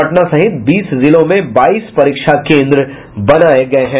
पटना सहित बीस जिलों में बाईस परीक्षा केंद्र बनाये गये हैं